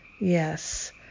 Yes